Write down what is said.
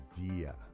idea